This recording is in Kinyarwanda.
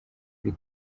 kuri